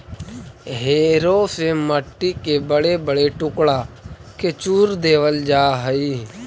harrow से मट्टी के बड़े बड़े टुकड़ा के चूर देवल जा हई